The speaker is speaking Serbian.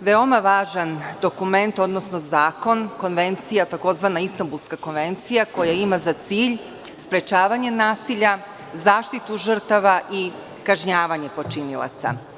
veoma važan dokument, odnosno zakon, tzv Istambulska konvencija koja ima za cilj sprečavanje nasilja, zaštitu žrtava i kažnjavanje počinilaca.